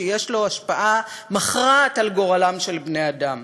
שיש לו השפעה מכרעת על גורלם של בני-אדם.